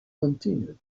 continued